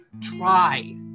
try